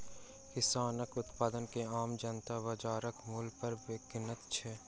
किसानक उत्पाद के आम जनता बाजारक मूल्य पर किनैत छै